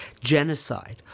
genocide